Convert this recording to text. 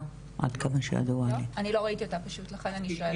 אני לא ראיתי אותן פשוט, לכן אני שואלת.